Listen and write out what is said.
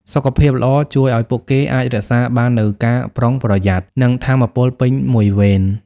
សុខភាពល្អជួយឲ្យពួកគេអាចរក្សាបាននូវការប្រុងប្រយ័ត្ន និងថាមពលពេញមួយវេន។